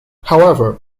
however